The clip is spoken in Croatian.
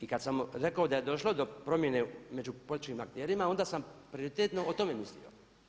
I kad sam rekao da je došlo do promjene među političkim akterima onda sam prioritetno o tome mislio.